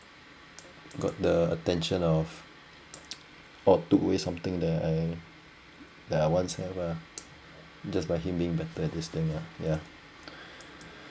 got the attention of or took away something that I that I once have ah just by him being better at this thing lah yeah